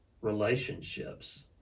relationships